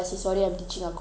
every single time